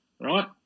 right